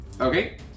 Okay